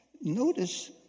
notice